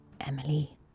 Emily